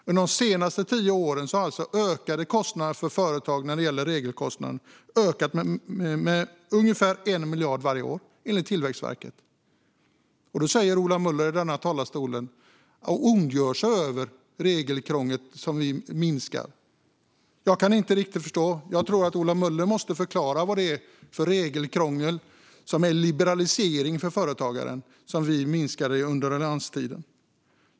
Under de senaste tio åren har regelkostnaden för företagen ökat med ungefär 1 miljard varje år, enligt Tillväxtverket. Men Ola Möller står i talarstolen och ondgör sig över att vi minskade regelkrånglet. Jag kan inte riktigt förstå. Jag tror att Ola Möller måste förklara vad det är för regelkrångel som är en liberalisering för företagaren som vi minskade under allianstiden.